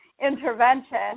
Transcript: intervention